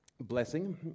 blessing